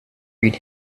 read